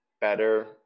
better